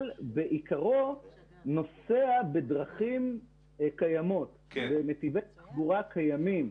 נוסע בדרכים קיימות, בנתיבי תחבורה קיימים.